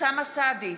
אוסאמה סעדי,